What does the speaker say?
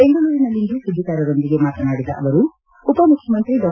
ಬೆಂಗಳೂರಿನಲ್ಲಿಂದು ಸುದ್ದಿಗಾರರೊಂದಿಗೆ ಮಾತನಾಡಿದ ಅವರು ಉಪ ಮುಖ್ಣಮಂತ್ರಿ ಡಾ